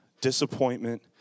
disappointment